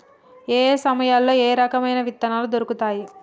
ఏయే సమయాల్లో ఏయే రకమైన విత్తనాలు దొరుకుతాయి?